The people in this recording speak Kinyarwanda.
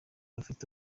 rufite